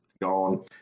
gone